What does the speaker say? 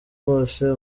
bose